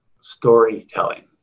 storytelling